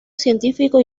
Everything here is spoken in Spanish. científico